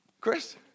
Chris